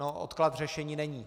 Odklad řešením není.